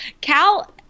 Cal